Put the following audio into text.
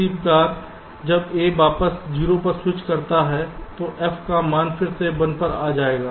इसी प्रकार जब A वापस 0 पर स्विच करता है तो f का मान फिर से 1 पर आ जाएगा